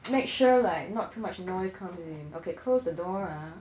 make sure like not too much noise come in okay close the door ah